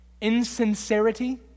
insincerity